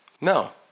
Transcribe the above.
No